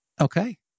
Okay